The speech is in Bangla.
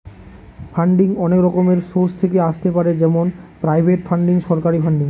ফান্ডিং অনেক রকমের সোর্স থেকে আসতে পারে যেমন প্রাইভেট ফান্ডিং, সরকারি ফান্ডিং